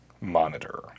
monitor